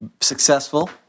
successful